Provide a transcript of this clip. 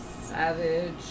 Savage